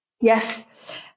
Yes